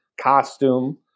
costume